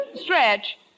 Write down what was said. Stretch